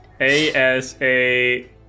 A-S-A